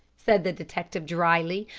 said the detective dryly,